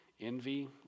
envy